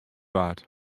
waard